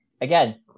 again